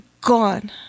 gone